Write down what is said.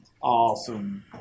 awesome